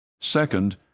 Second